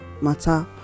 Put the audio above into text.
matter